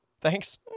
thanks